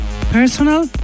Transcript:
personal